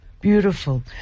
Beautiful